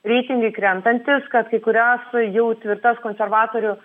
reitingai krentantys kad kai kurias jau tvirtas konservatorių